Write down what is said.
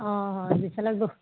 অ হয় বিশালত বস্তু